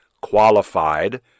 qualified